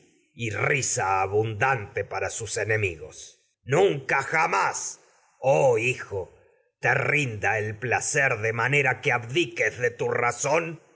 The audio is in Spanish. para risa abundante te enemigos nunca jamás oh hijo rinda el placer de manera que abdiques de tu razón